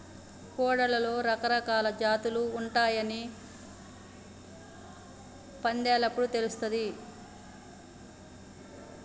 కోడ్లలో రకరకాలా జాతులు ఉంటయాని కోళ్ళ పందేలప్పుడు తెలుస్తది